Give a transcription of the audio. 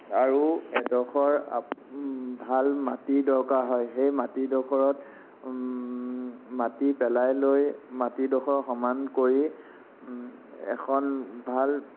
আৰু এডোখৰ ভাল মাটি দৰকাৰ হয় সেই মাটিডোখৰত মাটি পেলাই লৈ মাটিডোখৰ সমান কৰি এখন ভাল